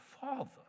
father